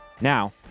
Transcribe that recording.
Now